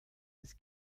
des